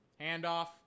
Handoff